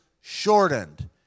shortened